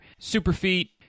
Superfeet